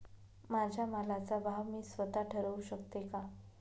माझ्या मालाचा भाव मी स्वत: ठरवू शकते का?